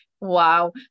wow